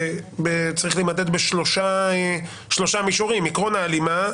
זה צריך להימדד בשלושה מישורים: עיקרון ההלימה,